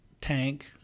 tank